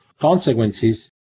consequences